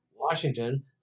Washington